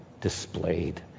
displayed